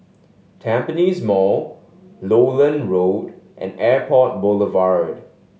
Tampines Mall Lowland Road and Airport Boulevard